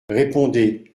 répondez